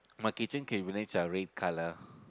my kitchen cabinets are red colour